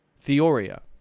theoria